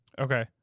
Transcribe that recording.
Okay